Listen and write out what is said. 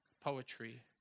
poetry